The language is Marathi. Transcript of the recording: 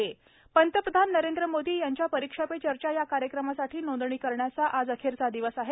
परीक्षा पे चर्चा पंतप्रधान नरेंद्र मोदी यांच्या परीक्षा पे चर्चा या कार्यक्रमासाठी नोंदणी करण्याचा आज अखेरचा दिवस आहे